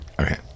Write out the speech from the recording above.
Okay